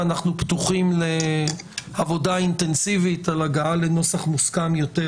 ואנחנו פתוחים לעבודה אינטנסיבית על הגעה לנוסח מוסכם יותר